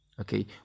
okay